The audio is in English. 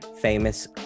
famous